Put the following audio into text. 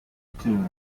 kim